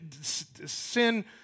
sin